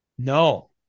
No